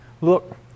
look